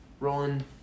rolling